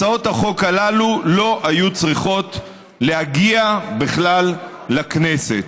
הצעות החוק הללו לא היו צריכות להגיע בכלל לכנסת.